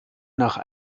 nach